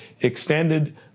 extended